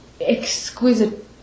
exquisite